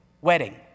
Wedding